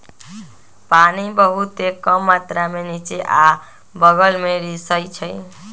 पानी बहुतेक मात्रा में निच्चे आ बगल में रिसअई छई